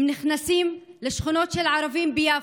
הם נכנסים לשכונות של ערבים ביפו,